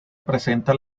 presenta